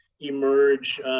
emerge